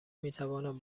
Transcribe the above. میتوانم